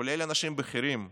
כולל אנשים בכירים,